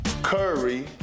curry